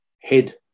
head